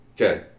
Okay